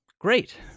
Great